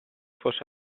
fosse